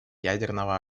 ядерного